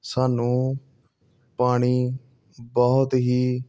ਸਾਨੂੰ ਪਾਣੀ ਬਹੁਤ ਹੀ